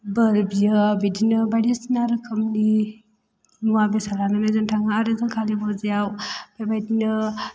बोर बियो बिदिनो बायदिसिना रोखोमनि मुवा बेसाद लानानै थाङो आरो कालि फुजायाव बेबायदिनो